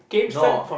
no